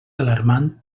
alarmant